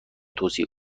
توصیه